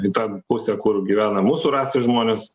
į tą pusę kur gyvena mūsų rasės žmonės